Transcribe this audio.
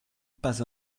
pas